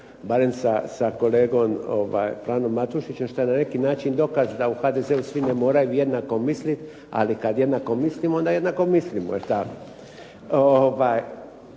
barem sa kolegom Franom Matušićem što je na neki način dokaz u HDZ-u svi ne moraju jednako mislit, ali kad jednako mislimo onda jednako mislimo.